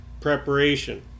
Preparation